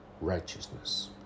righteousness